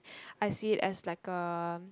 I see it as like a